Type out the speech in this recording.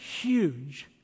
huge